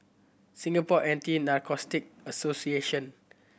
Singapore Anti Narcotic Association